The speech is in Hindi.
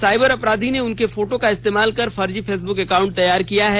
साइबर अपराधी ने उनके फोटो का इस्तेमाल कर फर्जी फेसबुक एकाउंट तैयार किया है